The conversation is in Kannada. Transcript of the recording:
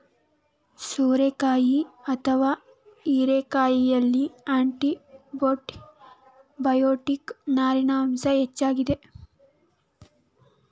ಸೋರೆಕಾಯಿ ಅಥವಾ ಹೀರೆಕಾಯಿಯಲ್ಲಿ ಆಂಟಿಬಯೋಟಿಕ್, ನಾರಿನ ಅಂಶ ಹೆಚ್ಚಾಗಿದೆ